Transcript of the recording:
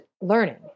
learning